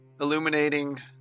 illuminating